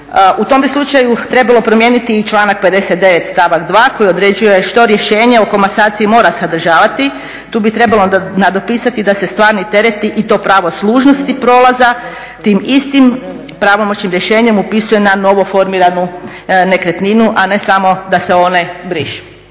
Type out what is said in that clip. U tom bi slučaju trebalo promijeniti i članak 59. stavak 2. koji određuje što rješenje o komasaciji mora sadržavati. Tu bi trebalo nadopisati da se stvarni tereti i to pravo služnosti prolaza tim istim pravomoćnim rješenjem upisuje na novoformiranu nekretninu, a ne samo da se one brišu.